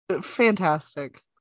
Fantastic